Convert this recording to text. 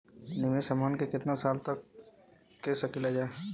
निवेश हमहन के कितना साल तक के सकीलाजा?